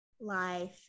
life